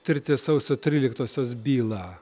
tirti sausio tryliktosios bylą